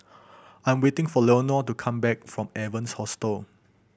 I'm waiting for Leonor to come back from Evans Hostel